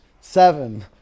seven